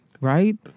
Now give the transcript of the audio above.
Right